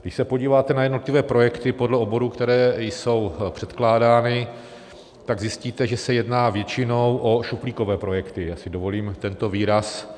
Když se podíváte na jednotlivé projekty podle oborů, které jsou předkládány, tak zjistíte, že se jedná většinou o šuplíkové projekty já si dovolím tento výraz.